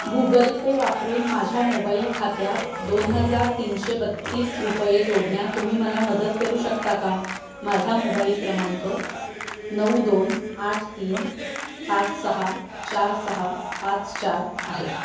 Google Pay वापरून माझ्या mobile खात्यात दोन हजार तीनशे बत्तीस रुपये जोडण्यात तुम्ही मला मदत करू शकता का माझा मोबाईल क्रमांक नऊ दोन आठ तीन पाच सहा चार सहा पाच चार आहे